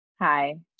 Hi